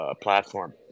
platform